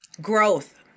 Growth